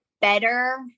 better